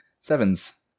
Sevens